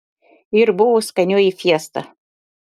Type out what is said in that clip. ir buvo skanioji fiesta